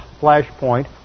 flashpoint